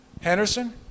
Henderson